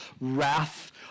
wrath